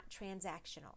transactional